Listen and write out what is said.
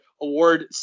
award